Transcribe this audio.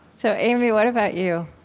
so amy, what about you?